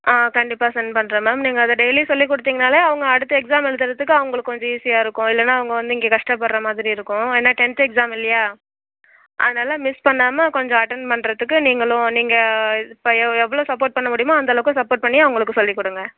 ஆ கண்டிப்பாக சென்ட் பண்ணுறேன் மேம் நீங்கள் அதை டெய்லி சொல்லிக் கொடுத்தீங்கனாலே அவங்க அடுத்த எக்ஸாம் எழுதுறதுக்கு அவங்களுக்கு கொஞ்சம் ஈஸியாக இருக்கும் இல்லைன்னா அவங்க வந்து இங்கே கஷ்டப்படுற மாதிரி இருக்கும் ஏன்னா டென்த் எக்ஸாம் இல்லையா அதனால் மிஸ் பண்ணாம கொஞ்சம் அட்டென்ட் பண்ணுறதுக்கு நீங்களும் நீங்கள் இப்போ எவ்வளோ சப்போர்ட் பண்ண முடியுமோ அந்த அளவுக்கு சப்போர்ட் பண்ணி அவங்களுக்கு சொல்லி கொடுங்க